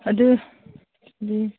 ꯑꯗꯨꯗꯤ